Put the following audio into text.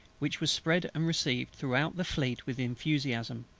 which was spread and received throughout the fleet with enthusiasm.